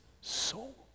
soul